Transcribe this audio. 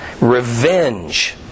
Revenge